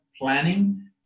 planning